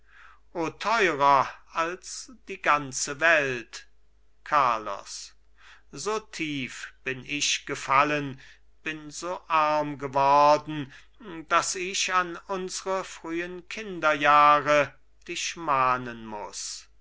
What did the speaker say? teurer als die ganze welt carlos so tief bin ich gefallen bin so arm geworden daß ich an unsre frühen kinderjahre dich mahnen muß